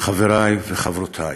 חברי וחברותי,